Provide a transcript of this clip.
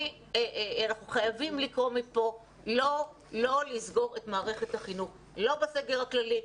אנחנו חייבים לקרוא מפה לא לסגור את מערכת החינוך לא בסגר הכללי,